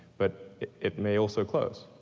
but it may also close,